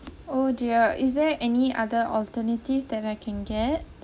oh dear is there any other alternative that I can get